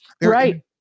Right